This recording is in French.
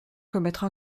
commettre